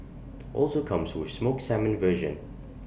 also comes with smoked salmon version